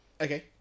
Okay